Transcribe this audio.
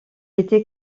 était